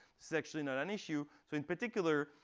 is actually not an issue. so in particular,